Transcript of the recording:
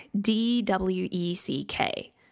D-W-E-C-K